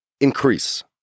increase